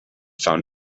found